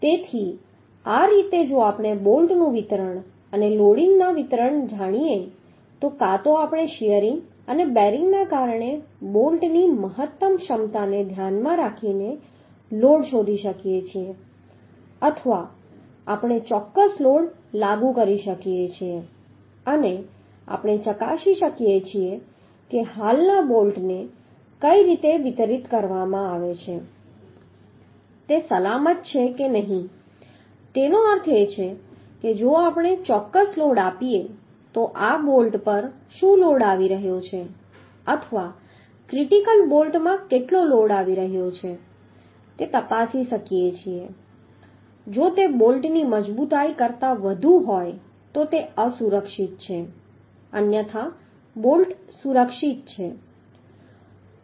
તેથી આ રીતે જો આપણે બોલ્ટનું વિતરણ અને લોડિંગ વિતરણ જાણીએ તો કાં તો આપણે શીયરિંગ અને બેરિંગને કારણે બોલ્ટની મહત્તમ ક્ષમતાને ધ્યાનમાં રાખીને લોડ શોધી શકીએ છીએ અથવા આપણે ચોક્કસ લોડ લાગુ કરી શકીએ છીએ અને આપણે ચકાસી શકીએ છીએ કે હાલના બોલ્ટને કઈ રીતે વિતરિત કરવામાં આવે છે તે સલામત છે કે નહીં તેનો અર્થ એ છે કે જો આપણે ચોક્કસ લોડ આપીએ તો આ બોલ્ટ પર શું લોડ આવી રહ્યો છે અથવા ક્રિટિકલ બોલ્ટમાં કેટલો લોડ આવી રહ્યો છે તે તપાસી શકીએ છીએ જો તે બોલ્ટની મજબૂતાઈ કરતાં વધુ હોય તો તે અસુરક્ષિત છે અન્યથા બોલ્ટ સુરક્ષિત છે